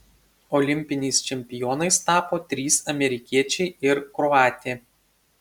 olimpiniais čempionais tapo trys amerikiečiai ir kroatė